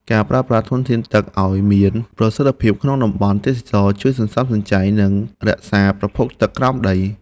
ការប្រើប្រាស់ធនធានទឹកឱ្យមានប្រសិទ្ធភាពក្នុងតំបន់ទេសចរណ៍ជួយសន្សំសំចៃ និងរក្សាប្រភពទឹកក្រោមដី។